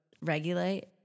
Regulate